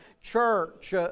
church